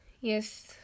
yes